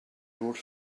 rode